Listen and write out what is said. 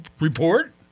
report